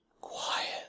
quiet